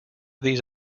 these